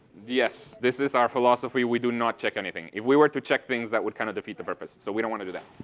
yes. this is our philosophy. we do not check anything. if we were to check things, that would kind of defeat the purpose. so we don't want to do that.